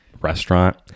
Restaurant